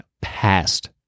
past